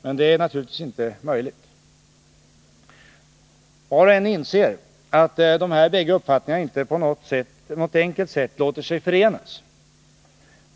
Men det är naturligtvis inte möjligt. Var och en inser att dessa bägge uppfattningar inte på något enkelt sätt låter sig förenas.